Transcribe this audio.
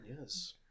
Yes